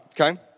okay